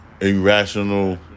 irrational